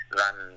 ran